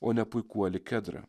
o ne puikuoli kedrą